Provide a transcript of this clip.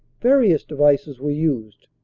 various devices were used,